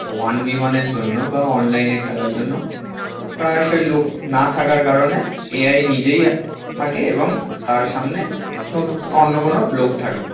one V ওয়ানের জন্য বা অনলাইনে খেলার জন্য প্রায়শই লোক না থাকার কারণে এ আই নিজেই থাকে এবং তার সামনে ব অন্য কোনো লোক থাকে